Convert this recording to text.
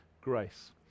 grace